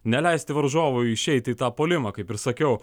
neleisti varžovui išeiti į tą puolimą kaip ir sakiau